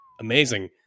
Amazing